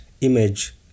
image